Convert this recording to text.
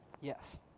yes